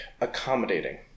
accommodating